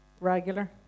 regular